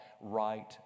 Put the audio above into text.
right